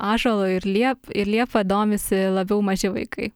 ąžuolu ir liep ir liepa domisi labiau maži vaikai